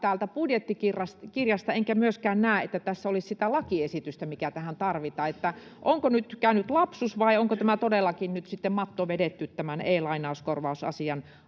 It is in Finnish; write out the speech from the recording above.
budjettikirjasta enkä myöskään näe, että tässä olisi sitä lakiesitystä, mikä tähän tarvitaan. Onko nyt käynyt lapsus, vai onko todellakin nyt sitten matto vedetty e‑lainauskorvausasian